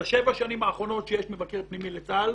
בשבע השנים האחרונות שיש מבקר פנימי לצה"ל